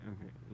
Okay